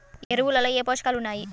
ఎరువులలో ఏ పోషకాలు ఉన్నాయి?